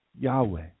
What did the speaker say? Yahweh